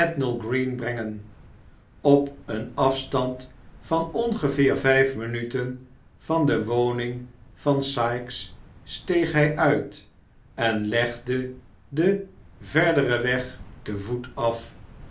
bethnal green brengen op een afstand van ongeveer vijf minuten van de woning van sikes steeg hij uit en legde den verderen weg te voet af